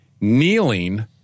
kneeling